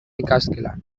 ikasgelan